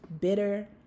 bitter